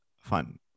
fun